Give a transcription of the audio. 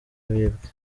bibwe